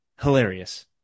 hilarious